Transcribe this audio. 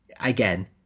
again